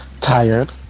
Tired